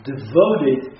devoted